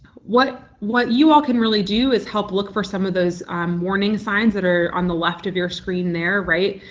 what what you all can really do is help look for some of those warning signs that are on the left of your screen there, right.